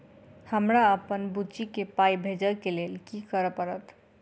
हमरा अप्पन बुची केँ पाई भेजइ केँ लेल की करऽ पड़त?